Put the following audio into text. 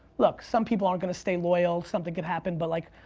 look, some people aren't going to stay loyal, something could happen, but like,